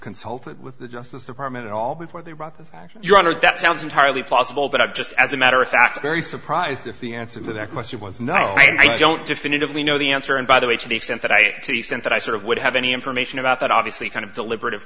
consulted with the justice department at all before they brought your honor that sounds entirely possible but i've just as a matter of fact very surprised if the answer to that question was no i don't definitively know the answer and by the way to the extent that i have to the extent that i sort of would have any information about that obviously kind of deliberat